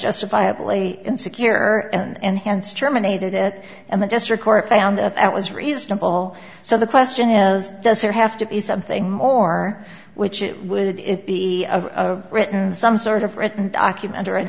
justifiably in secure and hence terminated it and the district court found that that was reasonable so the question is does there have to be something more which it would it be a written some sort of written document or an